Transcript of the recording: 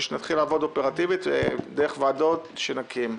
שנתחיל לעבוד אופרטיבית בוועדות שנקים.